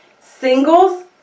Singles